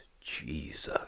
Jesus